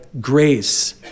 grace